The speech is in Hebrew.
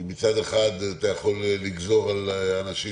כי מצד אחד - אתה יכול לגזור על אנשים,